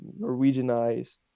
norwegianized